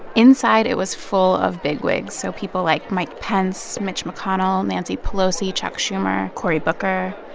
inside, it was full of bigwigs. so people like mike pence, mitch mcconnell, nancy pelosi, chuck schumer, cory booker.